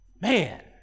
man